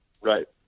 right